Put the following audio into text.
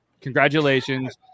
Congratulations